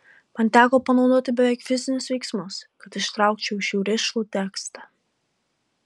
man teko panaudoti beveik fizinius veiksmus kad ištraukčiau iš jų rišlų tekstą